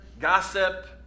gossip